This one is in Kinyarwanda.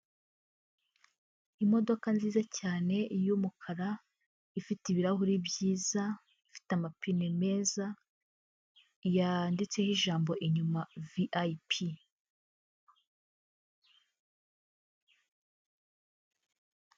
Imodoka nziza cyane, y'umukara, ifite ibirahuri byiza, ifite amapine meza, yanditseho ijambo inyuma viyayipi.